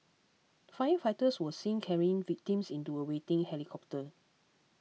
firefighters were seen carrying victims into a waiting helicopter